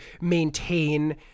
maintain